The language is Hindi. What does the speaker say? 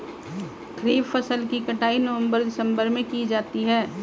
खरीफ फसल की कटाई नवंबर दिसंबर में की जाती है